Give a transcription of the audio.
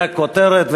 זו הכותרת,